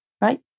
right